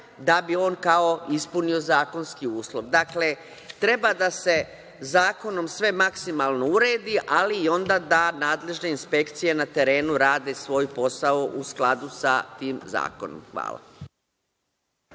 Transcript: da bi on kao ispunio zakonski uslov. Dakle, treba da se zakonom sve maksimalno uredi, ali i onda da nadležne inspekcije na terenu rade svoj posao u skladu sa tim zakonom. Hvala.